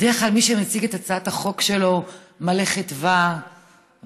בדרך כלל מי שמציג את הצעת החוק שלו מלא חדווה וחיוכים.